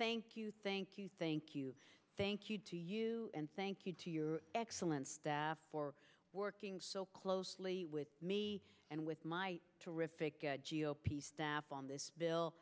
thank you thank you thank you thank you to you and thank you to your excellent staff for working so closely with me and with my terrific g o p staff on this bill